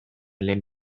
lehen